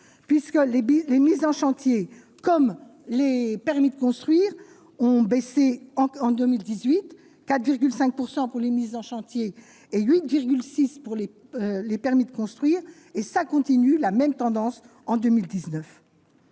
bus, les mises en chantier, comme les permis de construire ont baissé en 2018, 4 5 pourcent pour les mises en chantier et 8,6 pour les les permis de construire, et ça continue la même tendance en 2019.